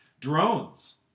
drones